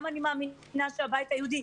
גם אני מאמינה שהבית היהודי,